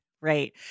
Right